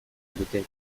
dute